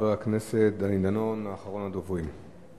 חבר הכנסת דני דנון, אחרון הדוברים.